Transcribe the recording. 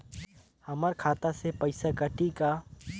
हमर खाता से पइसा कठी का?